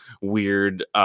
weird